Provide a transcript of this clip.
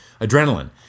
adrenaline